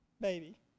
baby